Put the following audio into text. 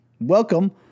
Welcome